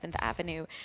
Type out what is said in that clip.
Avenue